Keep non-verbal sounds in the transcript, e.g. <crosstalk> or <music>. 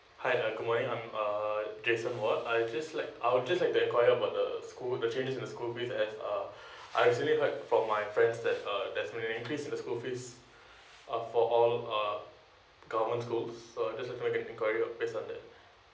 hi uh good morning I'm uh jason word I just like I'll just like to enquire about the school the changing of the school fee and uh <breath> I actually heard from my friends that uh that's they may increase the school fees <breath> uh for all uh government schools so I just want to make an inquiry based on it